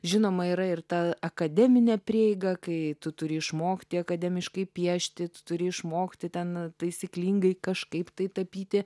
žinoma yra ir ta akademinė prieiga kai tu turi išmokti akademiškai piešti tu turi išmokti ten taisyklingai kažkaip tai tapyti